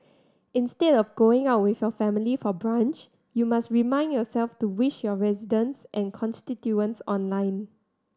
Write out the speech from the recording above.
instead of going out with your family for brunch you must remind yourself to wish your residents and constituents online